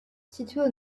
située